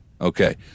Okay